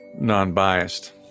non-biased